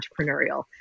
entrepreneurial